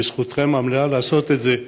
וזכותכם המלאה לעשות את זה,